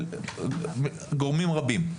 גורמים רבים.